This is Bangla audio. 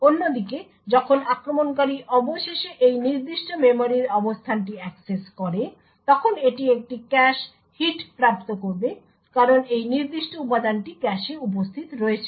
অন্যদিকে যখন আক্রমণকারী অবশেষে এই নির্দিষ্ট মেমরির অবস্থানটি অ্যাক্সেস করে তখন এটি একটি ক্যাশ হিট প্রাপ্ত করবে কারণ এই নির্দিষ্ট উপাদানটি ক্যাশে উপস্থিত রয়েছে